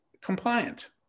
compliant